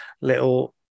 little